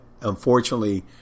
unfortunately